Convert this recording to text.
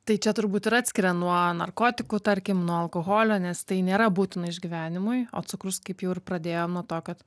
tai čia turbūt ir atskiria nuo narkotikų tarkim nuo alkoholio nes tai nėra būtina išgyvenimui o cukrus kaip jau ir pradėjom nuo to kad